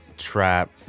trap